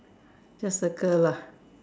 just circle lah